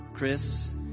Chris